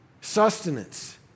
sustenance